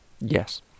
Yes